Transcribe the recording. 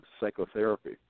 psychotherapy